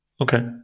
Okay